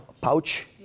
pouch